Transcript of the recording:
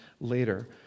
later